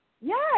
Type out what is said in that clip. Yes